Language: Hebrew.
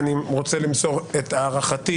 אני רוצה למסור את הערכתי